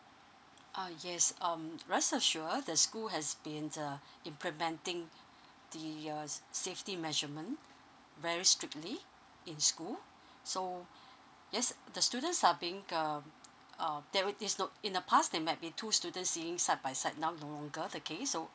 uh yes um rest assure the school has been uh implementing the uh safety measurement very strictly in school so yes the students are being um um there would is no in the past there might be two students sitting side by side now no longer the case so